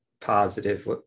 positive